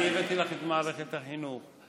אני הבאתי לך את מערכת החינוך.